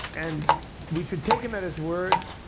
and we should take him at his word.